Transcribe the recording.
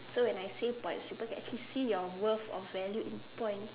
so when I say possible get to see your worth of value in points